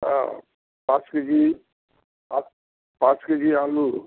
হ্যাঁ পাঁচ কেজি পাঁচ পাঁচ কেজি আলু